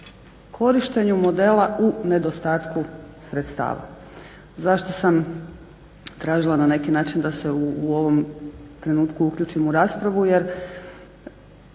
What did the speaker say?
korištenju modela u nedostatku sredstava. Zašto sam tražila na neki način da se u ovom trenutku uključim u raspravu?